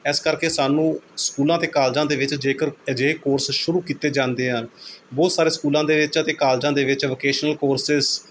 ਇਸ ਕਰਕੇ ਸਾਨੂੰ ਸਕੂਲਾਂ ਅਤੇ ਕਾਲਜਾਂ ਦੇ ਵਿੱਚ ਜੇਕਰ ਅਜਿਹੇ ਕੋਰਸ ਸ਼ੁਰੂ ਕੀਤੇ ਜਾਂਦੇ ਹਨ ਬਹੁਤ ਸਾਰੇ ਸਕੂਲਾਂ ਦੇ ਵਿੱਚ ਅਤੇ ਕਾਲਜਾਂ ਦੇ ਵਿੱਚ ਵੋਕੇਸ਼ਨਲ ਕੋਰਸਿਜ਼